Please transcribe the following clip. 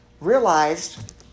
realized